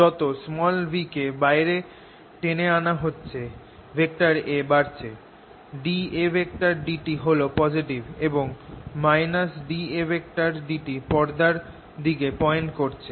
যত v কে বাইরে টেনে আনা হচ্ছে A বাড়ছে ddtA হল পজিটিভ এবং ddtA পর্দার দিকে পয়েন্ট করছে